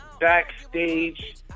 backstage